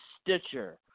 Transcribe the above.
Stitcher